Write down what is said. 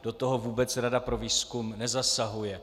Do toho vůbec Rada pro výzkum nezasahuje.